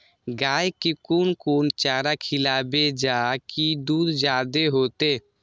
गाय के कोन कोन चारा खिलाबे जा की दूध जादे होते?